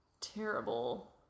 terrible